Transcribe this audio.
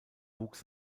wuchs